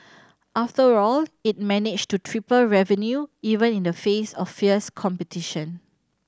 after all it managed to triple revenue even in the face of fierce competition